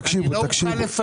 תקשיבו.